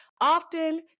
Often